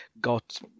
got